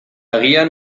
agian